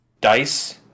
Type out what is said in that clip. dice